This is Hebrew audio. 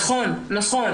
נכון.